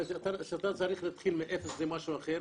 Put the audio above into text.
כשאתה צריך להתחיל מאפס זה משהו אחר,